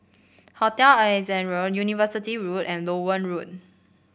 Hotel Ascendere Road University Road and Loewen Road